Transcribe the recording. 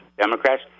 Democrats